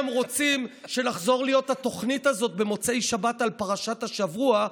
הם רוצים שנחזור להיות התוכנית הזאת במוצאי שבת על פרשת השבוע.